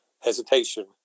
hesitation